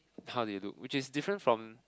how they look which is different from